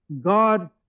God